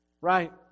right